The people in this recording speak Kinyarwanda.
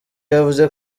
yavuze